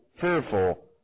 fearful